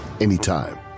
anytime